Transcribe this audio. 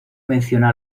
menciona